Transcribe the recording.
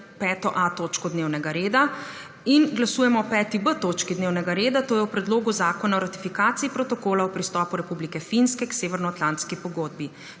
5.a točko dnevnega reda. In glasujemo o 5.b točki dnevnega reda, to je o predlogu zakona o ratifikaciji protokola o pristopu Republike Finske k Severnoatlantski pogodbi.